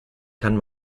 kann